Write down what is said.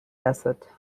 bassett